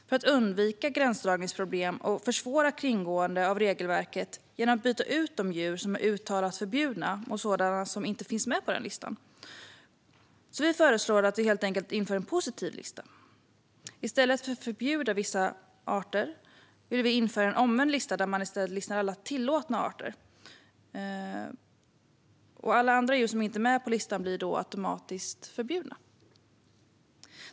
För att undvika gränsdragningsproblem och försvåra kringgående av regelverket genom att byta ut de djur som är uttalat förbjudna mot sådana som inte finns med på listan föreslår vi att man helt enkelt inför en positiv lista. I stället för att förbjuda vissa djurarter vill vi införa en omvänd lista, där man listar alla tillåtna arter. Alla djur som inte är med på listan blir då automatiskt förbjudna.